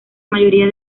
mayoría